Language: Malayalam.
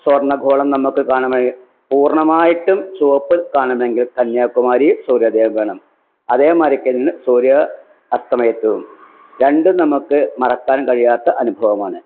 സ്വർണ്ണ ഗോളം നമുക്ക് കാണമ പൂർണ്ണമായിട്ടും ചുവപ്പ് കാണണമെങ്കിൽ കന്യാകുമാരീ സൂര്യഗ്രഹണം കാണണം അതേമാതിരി തന്നെ സൂര്യ അസ്തമയത്തവും രണ്ടും നമുക്ക് മറക്കാൻ കഴിയാത്ത അനുഭവമാണ്